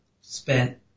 spent